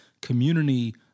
community